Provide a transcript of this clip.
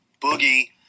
Boogie